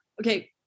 Okay